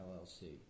LLC